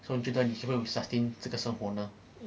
so 你觉得你可不可以 sustain 这个生活呢